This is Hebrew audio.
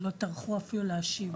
לא טרחו אפילו להשיב.